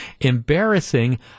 Embarrassing